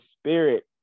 spirit